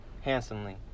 handsomely